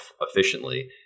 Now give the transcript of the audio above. efficiently